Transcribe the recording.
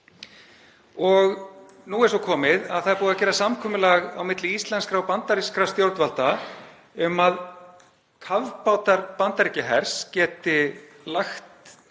Og nú er svo komið að það er búið að gera samkomulag á milli íslenskra og bandarískra stjórnvalda um að kafbátar Bandaríkjahers geti lagt